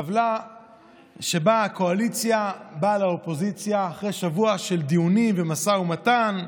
טבלה שעימה הקואליציה באה לאופוזיציה אחרי שבוע של דיונים ומשא ומתן.